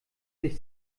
sich